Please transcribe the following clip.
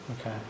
Okay